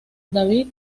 david